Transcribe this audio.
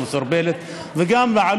לא מסורבלת,